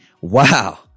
wow